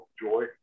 joy